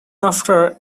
after